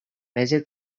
meze